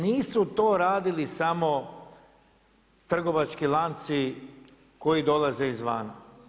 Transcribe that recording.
Nisu to radili samo trgovački lanci koji dolaze izvana.